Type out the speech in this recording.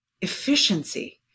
efficiency